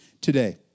today